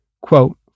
quote